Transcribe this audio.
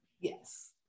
yes